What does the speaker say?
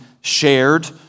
shared